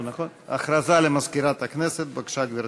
הודעה למזכירת הכנסת, בבקשה, גברתי.